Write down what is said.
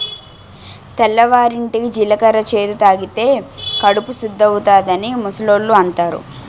తెల్లవారింటికి జీలకర్ర చేదు తాగితే కడుపు సుద్దవుతాదని ముసలోళ్ళు అంతారు